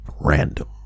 RANDOM